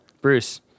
Bruce